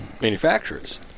manufacturers